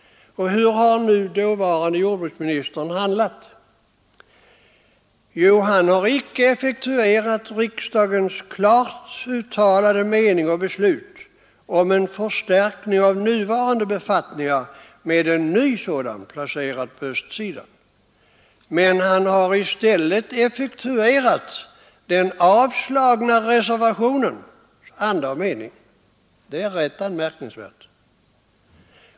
Hur har nu dåvarande jordbruksministern handlat? Jo, han har icke effektuerat riksdagens klart uttalade mening och beslut om en förstärkning av nuvarande befattningar med en ny sådan placerad på östsidan. I stället har han effektuerat den avslagna reservationens anda och mening. Det är rätt anmärkningsvärt.